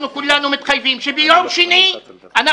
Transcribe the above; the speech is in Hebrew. אנחנו כולנו מתחייבים שביום שני אנחנו